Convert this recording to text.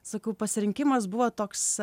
sakau pasirinkimas buvo toks